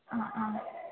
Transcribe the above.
हा आम्